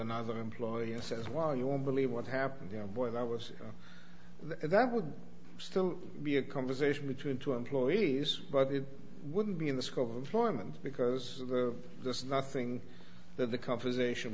another employee and says well you won't believe what happened you know what i was that would still be a conversation between two employees but it wouldn't be in the scope of client because there's nothing that the conversation